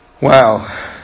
Wow